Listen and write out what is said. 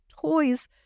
toys